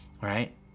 right